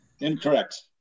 Incorrect